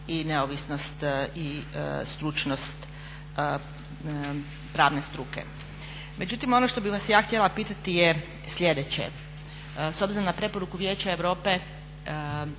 i neovisnost i stručnost pravne struke. Međutim, ono što bi vas ja htjela pitati je slijedeće, s obzirom na preporuku Vijeća europe